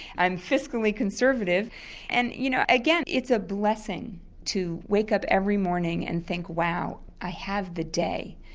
i'm fiscally conservative and you know again it's a blessing to wake up every morning and think wow, i have the day,